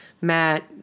Matt